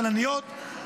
בלניות,